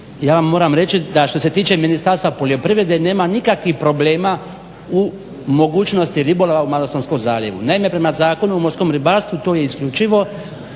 Ja vam moram reći da što se tiče Ministarstva poljoprivrede nema nikakvih problema u mogućnosti ribolova u Malostonskom zaljevu. Naime, prema Zakonu o morskom ribarstvu to je isključivo